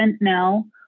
now